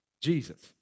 Jesus